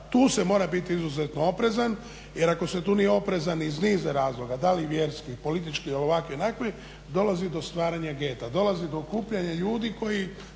tu se mora biti izuzetno oprezan, jer ako se tu nije oprezan iz niza razloga da li vjerskih, političkih, ovakvih, onakvih dolazi do stvaranja geta, dolazi do okupljanja ljudi koji